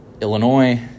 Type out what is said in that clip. Illinois